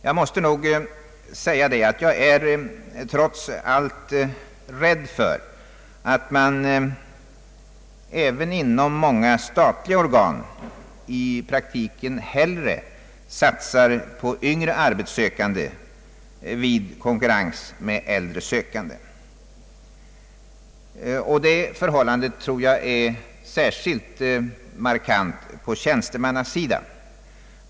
Trots allt är jag rädd för att man inom många statliga organ i praktiken hellre satsar på yngre arbetssökande som konkurrerar med äldre sökande. Det förhållandet tror jag är särskilt markant på tjänstemannasidan.